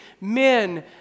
men